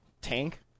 tank